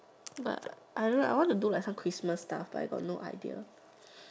but I want to do like some Christmas stuff but I got no idea